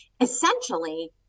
Essentially